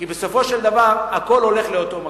כי בסופו של דבר הכול הולך לאותו מקום.